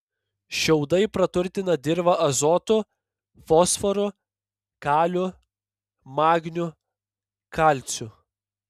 šiaudai praturtina dirvą azotu fosforu kaliu magniu kalciu